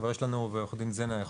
כבר יש לנו, ועורך הדין זנה יכול